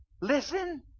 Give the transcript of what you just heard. listen